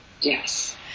Yes